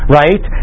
right